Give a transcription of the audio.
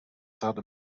south